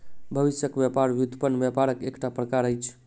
भविष्यक व्यापार व्युत्पन्न व्यापारक एकटा प्रकार अछि